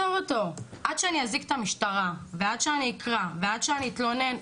עד שאני אזעיק את המשטרה ועד שאני אקרא ועד שאני אתלונן,